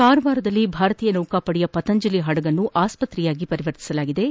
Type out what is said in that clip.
ಕಾರವಾರದಲ್ಲಿ ಭಾರತೀಯ ನೌಕಾಪಡೆಯ ಪತಂಜಲಿ ಪಡಗನ್ನು ಆಸ್ಪತ್ರೆಯನ್ನಾಗಿ ಪರಿವರ್ತಿಸಲಾಗಿದ್ದು